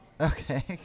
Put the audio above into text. Okay